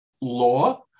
law